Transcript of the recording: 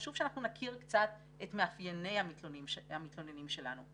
חשוב שנכיר קצת את מאפייני המתלוננים שלנו.